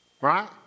Right